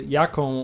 jaką